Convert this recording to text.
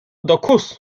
dokuz